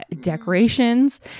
decorations